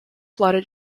blood